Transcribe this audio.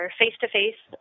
face-to-face